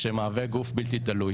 גוף בלתי-תלוי.